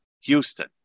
Houston